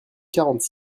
quarante